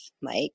Mike